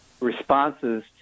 responses